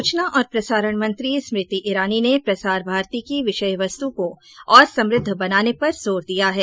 सूचना और प्रसारण मंत्री स्मृति ईरानी ने प्रसार भारती की विषय वस्तु को और समुद्ध बनाने पर जोर दिया है